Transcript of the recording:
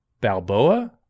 Balboa